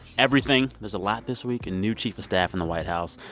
everything. there's a lot this week and new chief of staff in the white house,